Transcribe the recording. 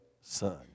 son